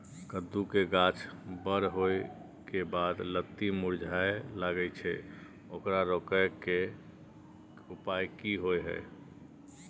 कद्दू के गाछ बर होय के बाद लत्ती मुरझाय लागे छै ओकरा रोके के उपाय कि होय है?